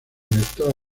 director